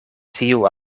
tiu